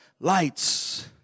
lights